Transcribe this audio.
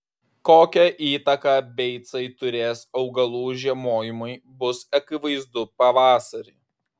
kokią įtaką beicai turės augalų žiemojimui bus akivaizdu pavasarį